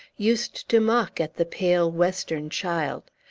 used to mock at the pale western child.